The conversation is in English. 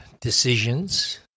decisions